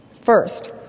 First